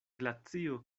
glacio